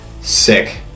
Sick